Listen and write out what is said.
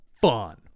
fun